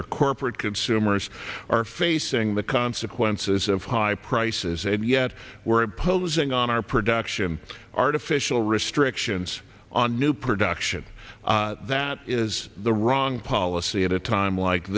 our corporate consumers are facing the consequences of high prices and yet we're imposing on our production artificial restrictions on new production that is the wrong policy at a time like